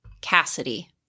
Cassidy